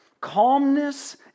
Calmness